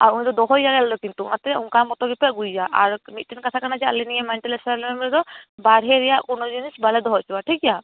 ᱟ ᱩᱱᱤ ᱫᱚ ᱫᱚᱦᱚᱭᱮ ᱟᱞᱮ ᱠᱤᱱᱛᱩ ᱚᱱᱟᱛᱮ ᱚᱝᱠᱟ ᱢᱚᱛᱚ ᱜᱮᱯᱮ ᱟ ᱜᱩᱭᱮᱭᱟ ᱟᱨ ᱢᱤᱫᱴᱮᱱ ᱠᱟᱛᱷᱟ ᱠᱟᱱᱟ ᱡᱮ ᱟᱞᱮ ᱱᱤᱭᱟᱹ ᱢᱮᱱᱴᱟᱞ ᱟᱥᱟᱞᱮᱢ ᱨᱮᱫᱚ ᱵᱟᱨᱦᱮ ᱨᱮᱭᱟᱜ ᱠᱚᱱᱚ ᱡᱤᱱᱤᱥ ᱵᱟᱝᱞᱮ ᱫᱚᱦᱚ ᱦᱚᱪᱚᱣᱟᱜ ᱴᱷᱤᱠᱜᱮᱭᱟ